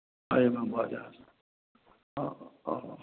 एहिमे भऽ जायत हँ हँ